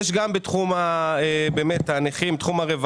יש בשורות בתקציב בתחום הנכים, בתחום הרווחה,